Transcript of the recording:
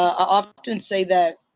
often say that